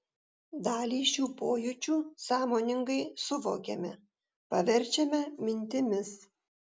dalį šių pojūčių sąmoningai suvokiame paverčiame mintimis